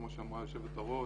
כמו שאמרה יושבת הראש,